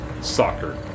Soccer